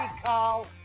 call